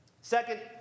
Second